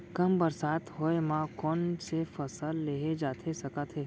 कम बरसात होए मा कौन से फसल लेहे जाथे सकत हे?